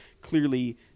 clearly